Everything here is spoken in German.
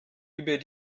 über